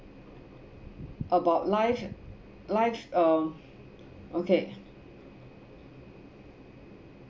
about life life um okay